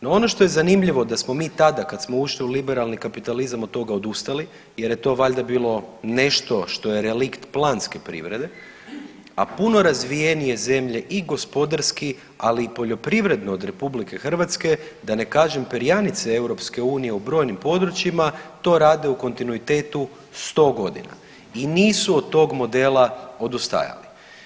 No ono što je zanimljivo da smo mi tada kada smo ušli u liberalni kapitalizam od toga odustali jer je to valjda bilo nešto što je relikt planske privrede, a puno razvijenije zemlje i gospodarski, ali i poljoprivredno od RH da ne kažem perjanice EU u brojnim područjima to rade u kontinuitetu 100 godina i nisu od toga modela odustajali.